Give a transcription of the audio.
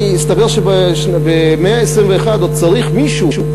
הסתבר שבמאה ה-21 עוד צריך מישהו,